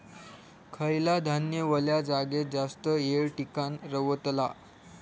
खयला धान्य वल्या जागेत जास्त येळ टिकान रवतला?